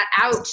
out